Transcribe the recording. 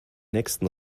nächsten